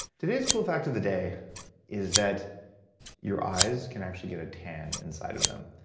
today's cool fact of the day is that your eyes can actually get a tan inside of them.